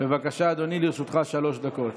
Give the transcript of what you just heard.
בבקשה, אדוני, לרשותך שלוש דקות.